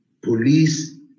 police